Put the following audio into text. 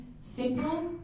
simple